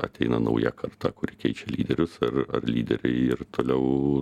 ateina nauja karta kuri keičia lyderius ar lyderiai ir toliau